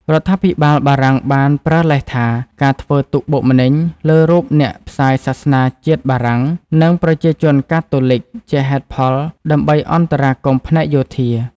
រដ្ឋាភិបាលបារាំងបានប្រើលេសថា ការធ្វើទុក្ខបុកម្នេញលើរូបអ្នកផ្សាយសាសនាជាតិបារាំង និងប្រជាជនកាតូលិកជាហេតុផលដើម្បីអន្តរាគមន៍ផ្នែកយោធា។